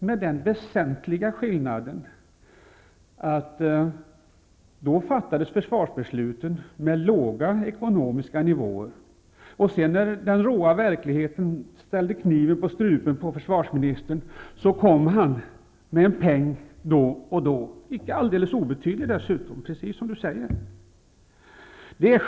Men den väsentliga skillnaden är, att försvarsbesluten då fattades med låga ekonomiska nivåer. När sedan den råa verkligheten satte kniven på strupen på försvarsministern kom han med en peng då och då. Den var dessutom icke alldeles obetydlig, precis som Sture Ericson säger.